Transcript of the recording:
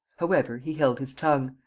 however, he held his tongue.